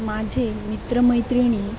माझे मित्र मैत्रिणी